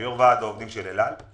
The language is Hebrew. יו"ר ועד העובדים של על אל